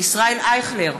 ישראל אייכלר,